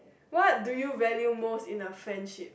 what do you value most in a friendship